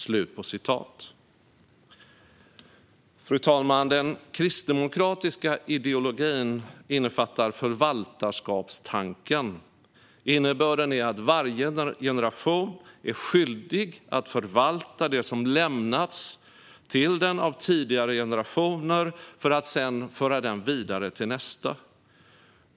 Fru talman! Den kristdemokratiska ideologin innefattar förvaltarskapstanken. Innebörden är att varje generation är skyldig att förvalta det som lämnats till den av tidigare generationer för att sedan föra det vidare till nästa.